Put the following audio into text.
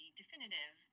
definitive